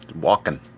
walking